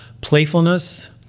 playfulness